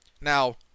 Now